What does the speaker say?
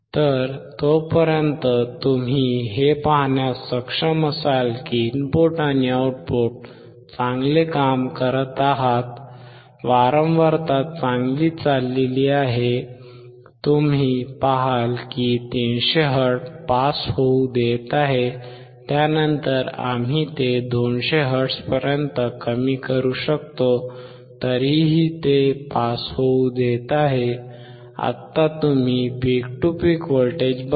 तर तोपर्यंत तुम्ही हे पाहण्यास सक्षम असाल की इनपुट आणि आउटपुट चांगले काम करत आहेत वारंवारता चांगली चालली आहे तुम्ही पाहाल की 300 हर्ट्ज पास होऊ देत आहे त्यानंतर आम्ही ते 200 हर्ट्झपर्यंत कमी करू शकतो तरीही ते पास होऊ देत आहे आता तुम्ही पीक टू पीक व्होल्टेज बघा